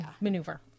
maneuver